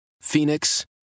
Phoenix